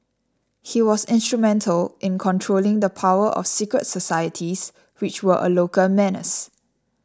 he was instrumental in controlling the power of secret societies which were a local menace